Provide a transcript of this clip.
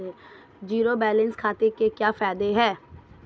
Zero balance खाते के क्या फायदे हैं?